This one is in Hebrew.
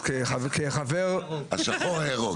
חבר הכנסת השחור הירוק.